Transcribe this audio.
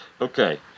Okay